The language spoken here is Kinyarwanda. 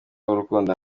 w’urukundo